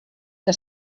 que